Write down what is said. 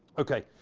ok.